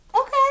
okay